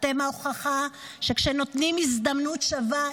אתם ההוכחה שכשנותנים הזדמנות שווה,